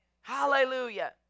Hallelujah